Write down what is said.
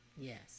Yes